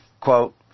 quote